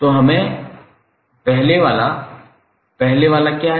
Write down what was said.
तो हमें पहले वाला पहले वाला क्या है